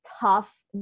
tough